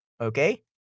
Okay